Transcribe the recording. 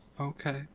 Okay